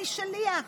אני שליח.